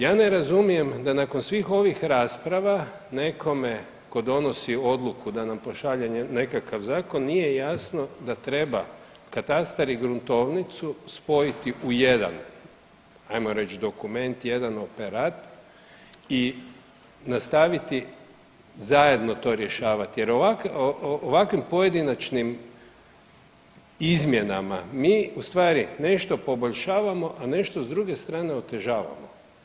Ja ne razumijem da nakon svih ovih rasprava nekome tko donosi odluku da nam pošalje nekakav zakon nije jasno da treba katastar i gruntovnicu spojiti u jedan ajmo reći dokument, jedan operat i nastaviti zajedno to rješavati jer ovakvim pojedinačnim izmjenama mi u stvari nešto poboljšavamo, a nešto s druge strane otežavamo.